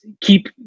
keep